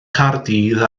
caerdydd